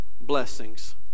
blessings